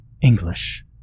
English